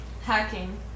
Hacking